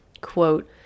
Quote